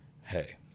hey